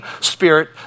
spirit